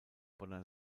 bonner